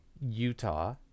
Utah